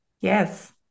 Yes